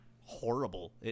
horrible